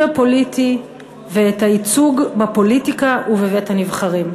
הפוליטי ואת הייצוג בפוליטיקה ובבית-הנבחרים.